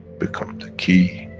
become the key,